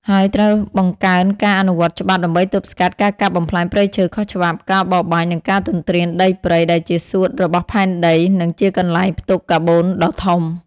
ហើយត្រូវបង្កើនការអនុវត្តច្បាប់ដើម្បីទប់ស្កាត់ការកាប់បំផ្លាញព្រៃឈើខុសច្បាប់ ការបរបាញ់ និងការទន្ទ្រានដីព្រៃ ដែលជាសួតរបស់ផែនដី និងជាកន្លែងផ្ទុកកាបូនដ៏ធំ។